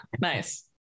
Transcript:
Nice